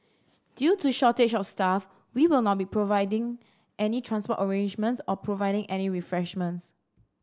due to shortage of staff we will not be providing any transport arrangements or providing any refreshments